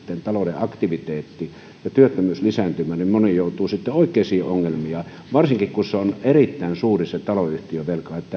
talouden aktiviteetti heikkenemään ja työttömyys lisääntymään ja moni joutuu sitten oikeisiin ongelmiin varsinkin kun se taloyhtiön velka on erittäin suuri